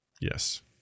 Yes